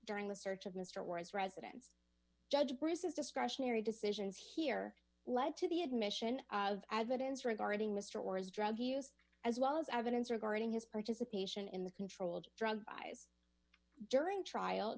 during the search of mr ward's residence judge bruce's discretionary decisions here lead to the admission of advocates regarding mr or his drug use as well as evidence regarding his participation in the controlled drug buys during trial